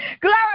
Glory